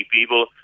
people